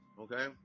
Okay